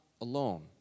alone